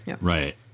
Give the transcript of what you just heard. Right